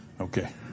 Okay